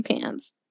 pants